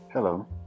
Hello